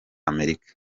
amerika